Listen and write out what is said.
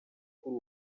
kuri